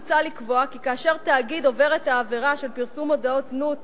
מוצע לקבוע כי כאשר תאגיד עובר את העבירה של פרסום מודעות זנות,